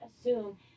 assume